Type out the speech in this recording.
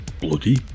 bloody